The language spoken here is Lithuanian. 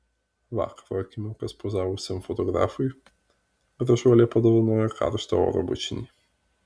vakaro akimirkas pozavusiam fotografui gražuolė padovanojo karštą oro bučinį